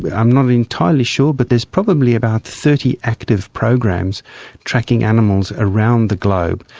but i'm not entirely sure but there's probably about thirty active programs tracking animals around the globe.